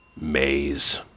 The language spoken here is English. Maze